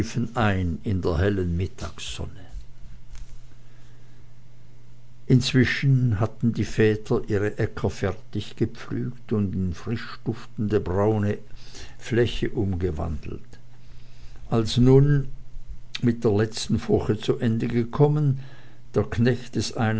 ein in der hellen mittagssonne inzwischen hatten die väter ihre äcker fertig gepflügt und in frischduftende braune fläche umgewandelt als nun mit der letzten furche zu ende gekommen der knecht des